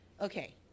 Okay